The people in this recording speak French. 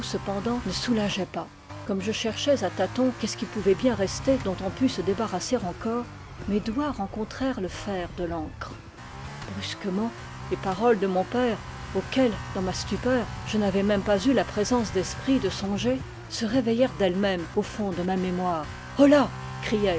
cependant ne soulageait pas comme je cherchais à tâtons qu'estce qui pouvait bien rester dont on pût se débarrasser encore mes doigts rencontrèrent le fer de l'ancre brusquement les paroles de mon père auxquelles ans ma stupeur je n'a vais même pas eu la présence d'esprit de songer se réveil lèrent d'elles-mêmes au fond de ma mémoire holà criai-je